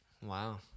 Wow